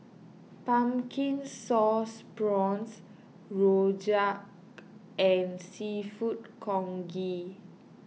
Pumpkin Sauce Prawns Rojak and Seafood Congee